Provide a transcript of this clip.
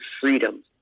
freedom